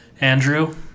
Andrew